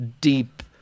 deep